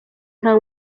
nta